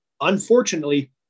unfortunately